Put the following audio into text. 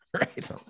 Right